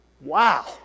Wow